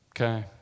okay